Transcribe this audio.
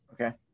okay